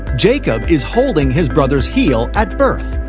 jacob is holding his brother's heel at birth,